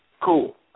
Cool